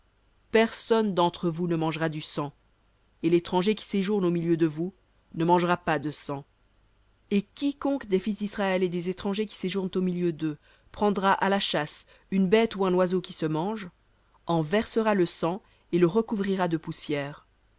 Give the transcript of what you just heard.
personne d'entre vous ne mangera du sang et l'étranger qui séjourne au milieu de vous ne mangera pas de sang et quiconque des fils d'israël et des étrangers qui séjournent au milieu d'eux prendra à la chasse une bête ou un oiseau qui se mange en versera le sang et le recouvrira de poussière